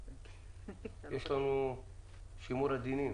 יש לנו שימור דינים